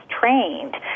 trained